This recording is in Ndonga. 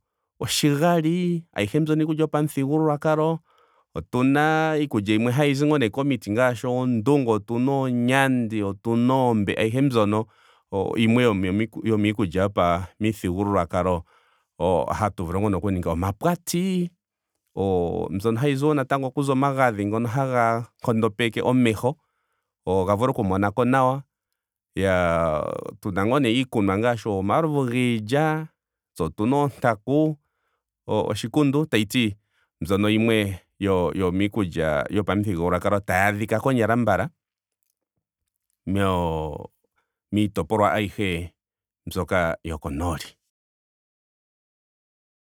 Oshigali. ayihe mbyono iikulya yopamuthigululwakalo. Otuna iikulya yimwe hayizi komiti ngaashi oondunga. otuna oonyandi. otuna oombe. ayihe mbyono yimwe yomiikulya yopamuthigululwakalo hatu vulu oku ninga. omapwati. oo- mbyono wo hayi vulu okuza omagadhi. ngono haga nkondopeke omeho ga vule oku monako nawa. Iyaa tuna wo iikunwa ngaashi omalovu giilya. tse otuna oontaku. oshikundu. tashiti mbyono yimwe yomiikulya yopamuthigululwakalo tayi adhika konyala ambala mo- miitopolwaayihe mbyoka yokonooli.